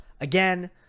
Again